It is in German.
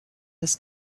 des